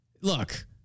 look